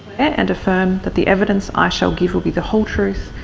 and affirm that the evidence i shall give will be the whole truth.